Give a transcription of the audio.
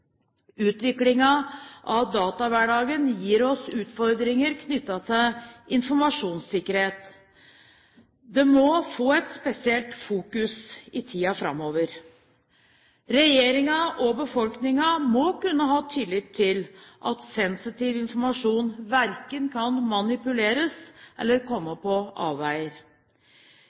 av datahverdagen gir oss utfordringer knyttet til informasjonssikkerhet. Det må få et spesielt fokus i tiden framover. Regjeringen og befolkningen må kunne ha tillit til at sensitiv informasjon verken kan manipuleres eller komme på avveier.